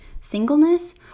singleness